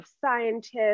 scientists